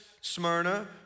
Smyrna